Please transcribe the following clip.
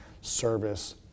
service